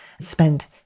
spent